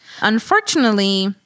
Unfortunately